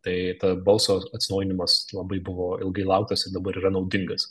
tai ta balso atsinaujinimas labai buvo ilgai lauktas ir dabar yra naudingas